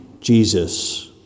Jesus